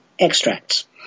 extracts